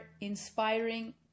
inspiring